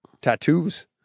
tattoos